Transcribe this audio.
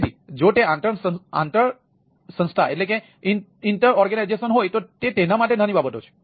તેથી જો તે આંતર સંસ્થા હોય તો તે તેના માટે નાની બાબતો છે